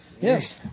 Yes